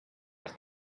els